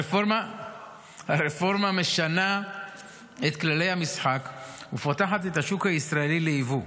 הרפורמה משנה את כללי המשחק ופותחת את השוק הישראלי ליבוא,